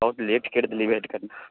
बहुत लेट करि देलिए भेँट करैमे